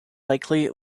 likely